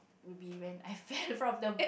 would be when I fell from the